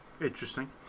interesting